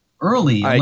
early